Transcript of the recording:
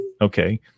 okay